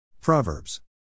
Proverbs